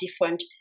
different